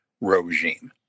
regime